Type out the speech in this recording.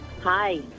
Hi